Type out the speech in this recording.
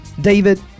David